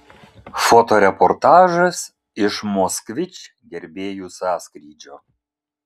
fotoreportažas iš moskvič gerbėjų sąskrydžio